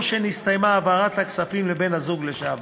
שנסתיימה העברת הכספים לבן-הזוג לשעבר.